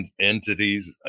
entities